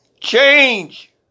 change